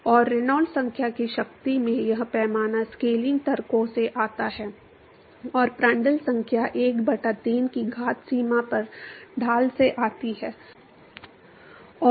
और रेनॉल्ड्स संख्या की शक्ति में यह पैमाना स्केलिंग तर्कों से आता है और प्रांटल संख्या 1 बटा 3 की घात सीमा पर ढाल से आती है और